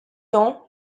temps